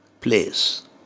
place